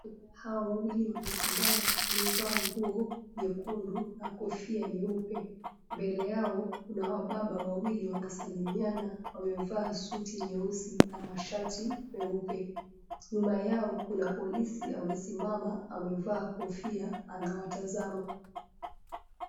Hawa wawili wamesimama wamevaa nguo nyekundu na kofia nyeupe. Mbele yao, kuna wanaume wawili wanasalimiana wamevaa suti nyeusi na mashati meupe. Nyuma yao kuna polisi amesimama amevaa kofia anawatazama.